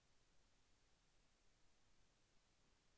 విద్యా ఋణం ఎంత ఇస్తారు?